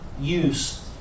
use